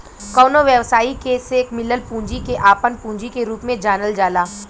कवनो व्यवसायी के से मिलल पूंजी के आपन पूंजी के रूप में जानल जाला